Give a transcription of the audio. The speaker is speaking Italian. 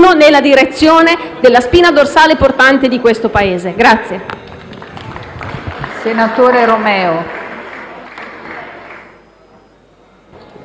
nella direzione della spina dorsale portante di questo Paese.